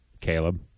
Caleb